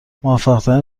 موفقترین